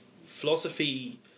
philosophy